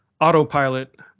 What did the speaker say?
autopilot